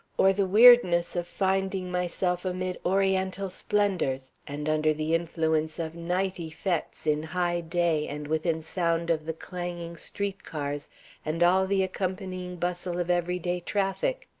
or the weirdness of finding myself amid oriental splendors and under the influence of night effects in high day and within sound of the clanging street cars and all the accompanying bustle of every-day traffic?